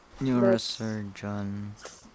Neurosurgeon